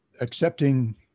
accepting